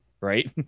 right